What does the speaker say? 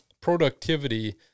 productivity